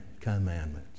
commandments